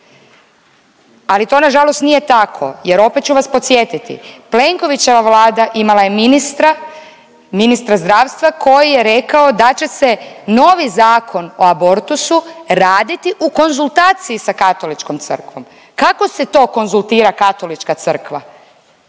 Ali to nažalost nije tako jer opet ću vas podsjetiti, Plenkovićeva Vlada imala je ministra, ministra zdravstva koji je rekao da će se novi Zakon o abortusu raditi u konzultaciji sa Katoličkom crkvom. Kako se to konzultira Katolička crkva